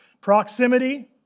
Proximity